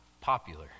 popular